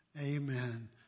Amen